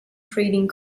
trading